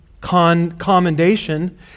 commendation